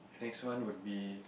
next one would be